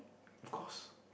of course